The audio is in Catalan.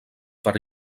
per